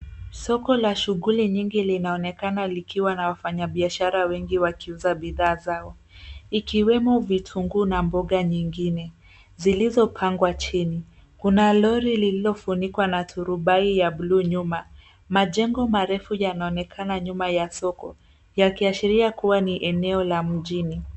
Soko la shughuli nyingi linaonekana likiwa na wafanya biashara wengi wakiuza bidhaa zao ikiwemo vitukuu na mboga nyingine zilizopangwa jini, kuna Lori lililofunikwa na surbai blue nyuma, majengo marefu yanaonekana nyuma ya soko yakiashiria kuwa eneo la mjini.